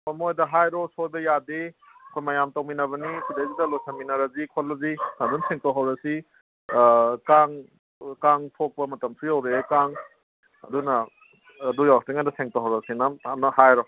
ꯑꯣ ꯃꯣꯏꯗ ꯍꯥꯏꯔꯣ ꯁꯣꯏꯕ ꯌꯥꯗꯦ ꯑꯩꯈꯣꯏ ꯃꯌꯥꯝ ꯇꯧꯃꯤꯟꯅꯕꯅꯤ ꯁꯤꯗꯁꯤꯗ ꯂꯣꯏꯁꯤꯟꯃꯤꯟꯅꯔꯁꯤ ꯈꯣꯠꯂꯁꯤ ꯑꯗꯨꯝ ꯁꯦꯡꯇꯣꯛ ꯍꯧꯔꯁꯤ ꯀꯥꯡ ꯀꯥꯡ ꯊꯣꯛꯄ ꯃꯇꯝꯁꯨ ꯌꯧꯔꯛꯑꯦ ꯀꯥꯡ ꯑꯗꯨꯅ ꯑꯗꯨ ꯌꯧꯔꯛꯇ꯭ꯔꯤꯉꯩꯗ ꯁꯦꯡꯇꯣꯛꯍꯧꯔꯁꯦ